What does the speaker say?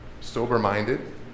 sober-minded